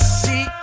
see